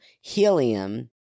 helium